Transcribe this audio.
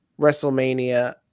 WrestleMania